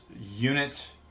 unit